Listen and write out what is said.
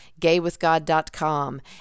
gaywithgod.com